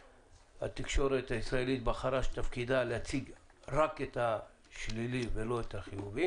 התקשורת הישראלית החליטה שתפקידה להציג רק את השלילי ולא את החיובי